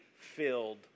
filled